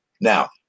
Now